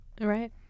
Right